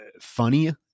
funny